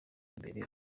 imbere